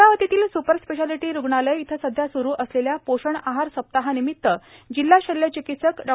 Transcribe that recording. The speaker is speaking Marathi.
अमरावतीतील सुपरस्पेशालिटी रूग्णालय इथं सध्या सुरू असलेल्या पोषण आहार सप्ताहानिमित्त जिल्हा शल्य चिकित्सक डॉ